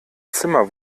zimmer